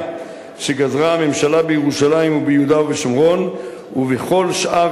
שגזרה הממשלה בירושלים וביהודה ובשומרון ובכל שאר